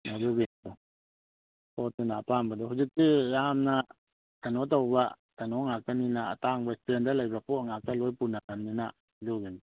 ꯑꯗꯨꯒꯤ ꯄꯣꯠꯇꯨꯅ ꯑꯄꯥꯝꯕꯗꯣ ꯍꯧꯖꯤꯛꯇꯤ ꯌꯥꯝꯅ ꯀꯩꯅꯣ ꯇꯧꯕ ꯀꯩꯅꯣ ꯉꯥꯛꯇꯅꯤ ꯑꯇꯥꯡꯕ ꯁ꯭ꯇꯦꯗꯔ꯭ꯗ ꯂꯩꯕ ꯄꯣꯠ ꯉꯥꯛꯇ ꯂꯣꯏ ꯄꯨꯅꯔꯕꯅꯤꯅ ꯑꯗꯨꯒꯤꯅꯤ